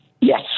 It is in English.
Yes